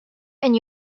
and